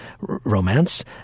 romance